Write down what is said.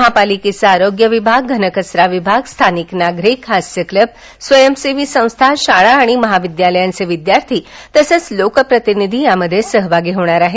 महापालिकेचा आरोग्य विभाग घनकचरा विभाग स्थानिक नागरिक हास्यक्लव स्वयंसेवी संस्था शाळा आणि महाविद्यालयांचे विद्यार्थी तसेच लोकप्रतिनिधी यामध्ये सहभागी होणार आहेत